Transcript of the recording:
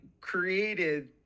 created